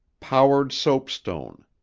powered soap stone.